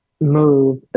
move